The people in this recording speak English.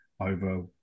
over